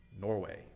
Norway